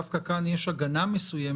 דווקא כאן יש הגנה מסוימת